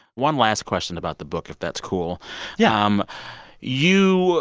one last question about the book, if that's cool yeah um you,